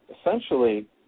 essentially